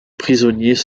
prisonniers